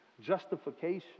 justification